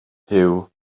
huw